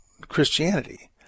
Christianity